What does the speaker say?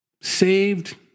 Saved